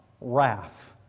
wrath